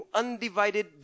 undivided